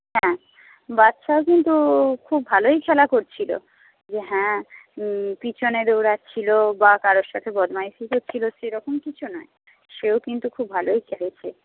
হ্যাঁ বাচ্চাও কিন্তু খুব ভালোই খেলা করছিল যে হ্যাঁ পিছনে দৌড়াচ্ছিল বা কারোর সাথে বদমাইশি করছিল সেরকম কিছু নয় সেও কিন্তু খুব ভালোই খেলেছে